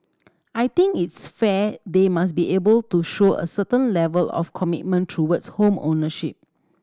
I think it's fair they must be able to show a certain level of commitment towards home ownership